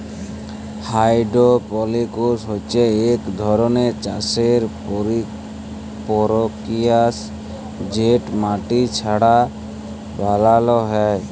hydroponics হছে ইক ধরলের চাষের পরকিরিয়া যেট মাটি ছাড়া বালালো হ্যয়